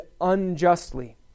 unjustly